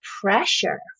pressure